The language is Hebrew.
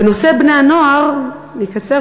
בנושא בני-הנוער, אני אקצר.